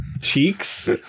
cheeks